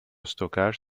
stockage